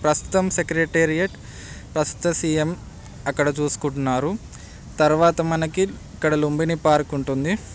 ప్రస్తుతం సెక్రటేరియట్ ప్రస్తుత సీఎం అక్కడ చూసుకుంటున్నారు తరువాత మనకి ఇక్కడ లుంబినీ పార్క్ ఉంటుంది